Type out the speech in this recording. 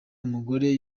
umugore